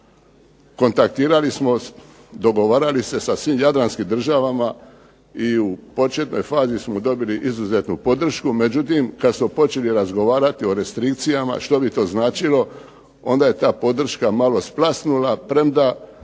Kontaktirali smo, dogovarali se sa svim jadranskim državama i u početnoj fazi smo dobili izuzetnu podršku. Međutim, kad smo počeli razgovarati o restrikcijama što bi to značilo onda je ta podrška malo splasnula, premda